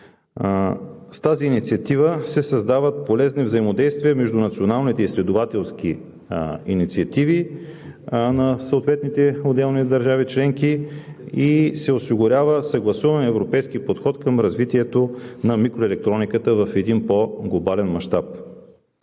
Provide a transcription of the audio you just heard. С тази инициатива се създават полезни взаимодействия между националните изследователски инициативи на отделните държави членки и се осигурява съгласуван европейски подход към развитието на микроелектрониката в по-глобален мащаб.